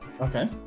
Okay